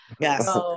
Yes